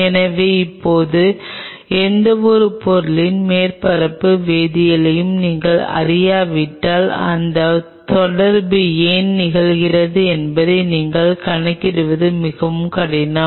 எனவே இப்போது எந்தவொரு பொருளின் மேற்பரப்பு வேதியியலையும் நீங்கள் அறியாவிட்டால் இந்த தொடர்பு ஏன் நிகழ்கிறது என்பதை நீங்கள் கணக்கிடுவது மிகவும் கடினம்